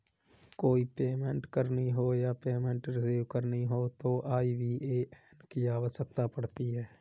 कोई पेमेंट करनी हो या पेमेंट रिसीव करनी हो तो आई.बी.ए.एन की आवश्यकता पड़ती है